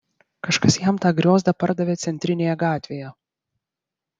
kažkas jam tą griozdą pardavė centrinėje gatvėje